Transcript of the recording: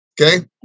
Okay